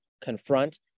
confront